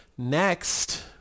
Next